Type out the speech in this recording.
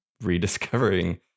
rediscovering